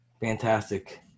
Fantastic